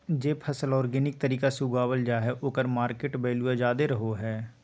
जे फसल ऑर्गेनिक तरीका से उगावल जा हइ ओकर मार्केट वैल्यूआ ज्यादा रहो हइ